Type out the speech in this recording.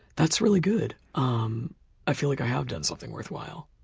that's really good. um i feel like i have done something worthwhile.